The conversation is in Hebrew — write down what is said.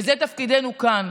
וזה תפקידנו כאן.